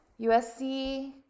USC